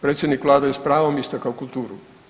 Predsjednik Vlade je s pravom istakao kulturu.